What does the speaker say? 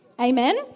Amen